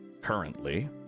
currently